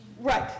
Right